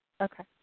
Okay